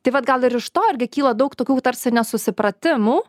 tai vat gal ir iš to irgi kyla daug tokių tarsi nesusipratimų